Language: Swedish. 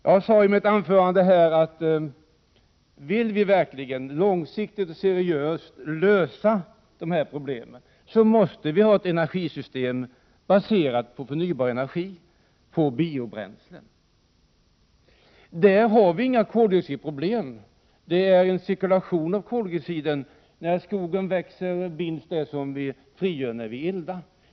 Jag sade i mitt huvudanförande att vill viverkligen långsiktigt och seriöst lösa de problemen, måste vi ha ett energisystem baserat på förnybar energi, på biobränsle. Där har vi inga koldioxidproblem, eftersom det sker en cirkulation av koldioxiden. När skogen växer, binds det som vi frigör när vi eldar.